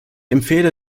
empfehle